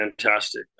fantastic